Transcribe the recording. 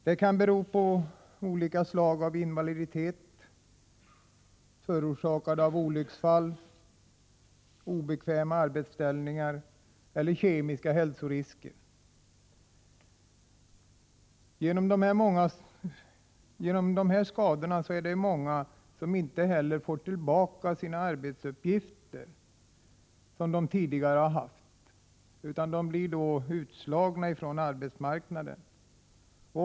Det kan gälla olika slag av invaliditet, förorsakad av olycksfall, obekväma arbetsställningar eller kemiska hälsorisker. På grund av dessa skador är det många som inte får tillbaka de arbetsuppgifter som de tidigare har haft, utan blir utslagna från arbetsmarknaden.